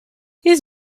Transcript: his